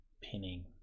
pinning